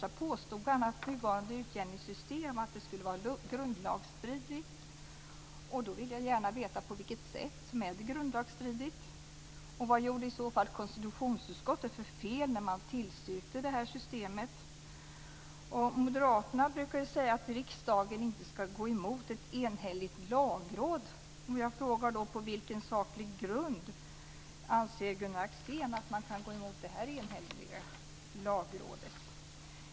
Han påstod att nuvarande utjämningssystem skulle vara grundlagsstridigt. Då vill jag gärna veta på vilket sätt det är grundlagsstridigt. Vad gjorde i så fall konstitutionsutskottet för fel när man tillstyrkte det här systemet? Moderaterna brukar ju säga att riksdagen inte skall emot ett enhälligt lagråd. Då frågar jag: På vilken saklig grund anser Gunnar Axén att man kan gå emot det här enhälliga lagrådet.